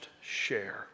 share